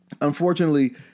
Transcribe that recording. unfortunately